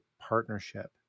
partnership